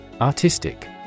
Artistic